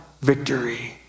victory